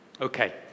Okay